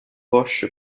poche